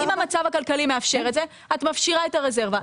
אם המצב הכלכלי מאפשר את זה את מפשירה את הרזרבה,